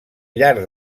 llarg